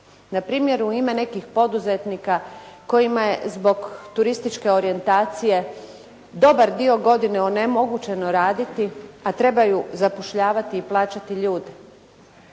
Npr. u ime nekih poduzetnika kojima je zbog turističke orjentacije dobar dio godine onemogućeno raditi a trebaju zapošljavati i plaćati ljude.